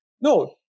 no